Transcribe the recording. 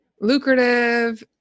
lucrative